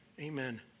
amen